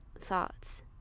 thoughts